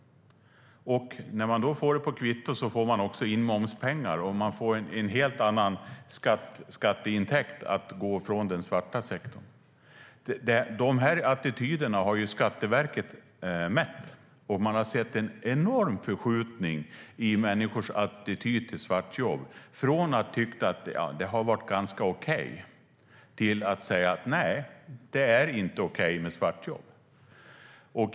Och när man får det på kvitto kommer det också in momspengar och det blir en helt annan skatteintäkt när man går ifrån den svarta sektorn. Dessa attityder har Skatteverket mätt, och man har sett en enorm förskjutning i människors attityd till svartjobb från att tycka att det varit ganska okej till att säga nej, det är inte okej med svartjobb.